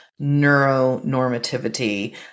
neuronormativity